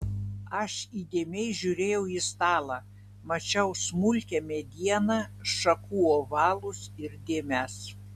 aš įdėmiai žiūrėjau į stalą mačiau smulkią medieną šakų ovalus ir dėmes